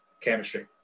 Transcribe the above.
chemistry